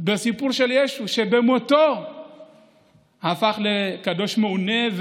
בסיפור של ישו, שבמותו הפך לקדוש מעונה.